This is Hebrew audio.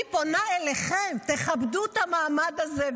אני פונה אליכם: תכבדו את המעמד הזה,